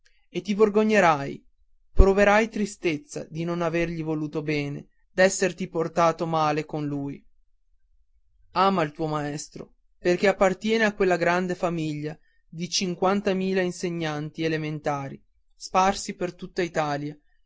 e ti vergognerai proverai tristezza di non avergli voluto bene d'esserti portato male con lui ama il tuo maestro perché appartiene a quella grande famiglia di cinquantamila insegnanti elementari sparsi per tutta italia